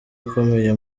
ukomeye